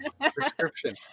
Prescription